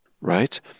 right